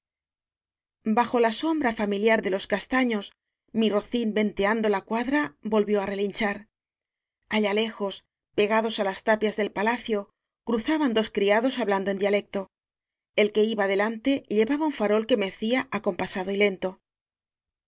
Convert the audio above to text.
bajo la sombra familiar de los castaños mi rocín venteando la cuadra volvió á re linchar allá lejos pegados á las tapias de palacio cruzaban dos criados hablando en dialecto el que iba delante llevaba un farol que mecía acompasado y lento